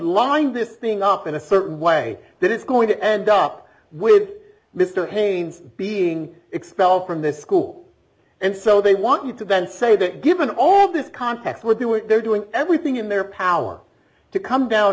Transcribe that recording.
lined this thing up in a certain way that it's going to end up with mr haynes being expelled from the school and so they want you to then say that given all this context we're doing they're doing everything in their power to come down